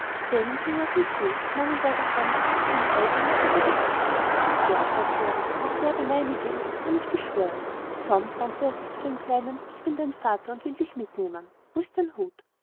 ben ging auf ihn zu und nahm ihn bei der hand seine eigne zitterte heftig ja sagte er daß der der meine ist kann ich auch beschwören tom wandte er sich zu dem kleinen ich bin dein vater und ich will dich mitnehmen wo ist dein hut